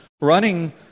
running